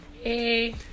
Hey